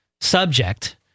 subject